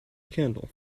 candle